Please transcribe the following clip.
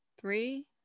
Three